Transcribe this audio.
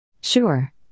Sure